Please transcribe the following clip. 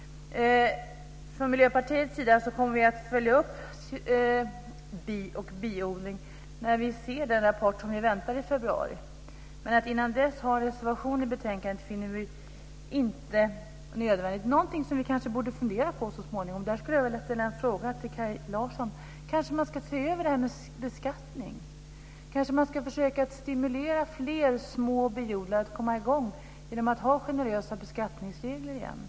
Från Miljöpartiets sida kommer vi att följa upp frågan om bin och biodling när vi får se den rapport som vi väntar i februari. Men att innan dess reservera oss finner vi inte nödvändigt. Jag vill ställa en fråga till Kaj Larsson om någonting som vi kanske borde fundera på så småningom. Ska man kanske se över beskattningen? Man kanske ska försöka stimulera fler små biodlare att komma i gång genom att ha generösa beskattningsregler igen.